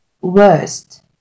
worst